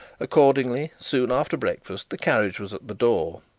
accordingly, soon after breakfast, the carriage was at the door.